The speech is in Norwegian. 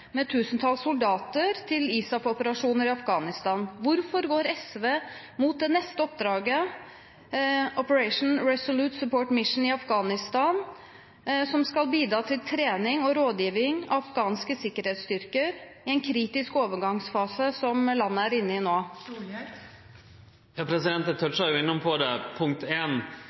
med tusentalls soldater til ISAF-operasjoner i Afghanistan. Hvorfor går SV mot det neste oppdraget, Operation Resolute Support Mission i Afghanistan, som skal bidra til trening og rådgiving av afghanske sikkerhetsstyrker i en kritisk overgangsfase som landet er inne i nå? Eg tøtsja jo inn på det. For